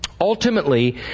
Ultimately